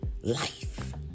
life